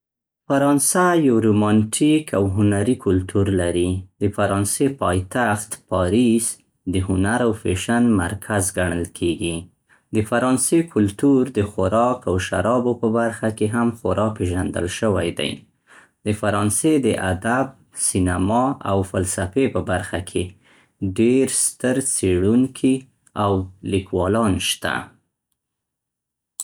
فرانسه یو رومانټیک او هنري کلتور لري. د فرانسې پایتخت، پاریس، د هنر او فیشن مرکز ګڼل کېږي. د فرانسې کلتور د خوراک او شرابو په برخه کې هم خورا پېژندل شوی دی. د فرانسې د ادب، سینما او فلسفې په برخه کې ډیر ستر څېړونکي او لیکوالان شته.